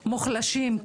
מוחלשים.